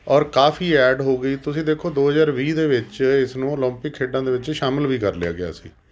ਔਰ ਕਾਫੀ ਐਡ ਹੋ ਗਈ ਤੁਸੀਂ ਦੇਖੋ ਦੋ ਹਜ਼ਾਰ ਵੀਹ ਦੇ ਵਿੱਚ ਇਸ ਨੂੰ ਓਲੰਪਿਕ ਖੇਡਾਂ ਦੇ ਵਿੱਚ ਸ਼ਾਮਿਲ ਵੀ ਕਰ ਲਿਆ ਗਿਆ ਸੀ